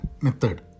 method